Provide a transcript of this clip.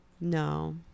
No